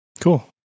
Cool